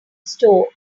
store